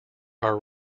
are